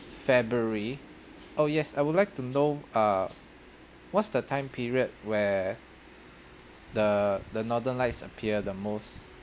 february oh yes I would like to know uh what's the time period where the the northern lights appear the most